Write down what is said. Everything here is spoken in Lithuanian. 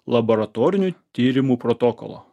labaratorinių tyrimų protokolo